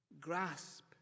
grasp